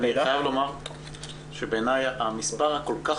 אני חייב לומר שבעיני המספר הכל כך